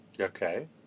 Okay